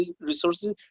resources